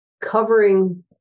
covering